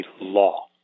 law